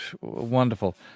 wonderful